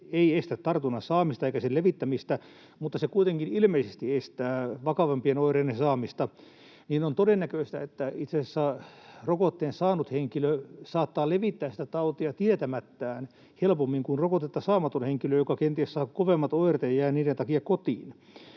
ei estä tartunnan saamista eikä sen levittämistä, mutta se kuitenkin ilmeisesti estää vakavampien oireiden saamista, niin on todennäköistä, että itse asiassa rokotteen saanut henkilö saattaa levittää sitä tautia tietämättään helpommin kuin rokotetta saamaton henkilö, joka kenties saa kovemmat oireet ja jää niiden takia kotiin.